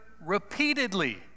repeatedly